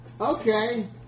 okay